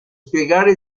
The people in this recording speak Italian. spiegare